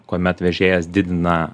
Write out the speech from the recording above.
kuomet vežėjas didina